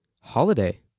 holiday